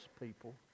people